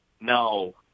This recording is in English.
No